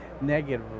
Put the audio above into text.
negative